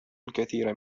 الكثير